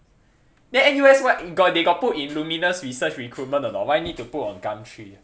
then N_U_S what got they got put in lumiNUS research recruitment or not why need to put on gumtree